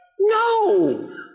No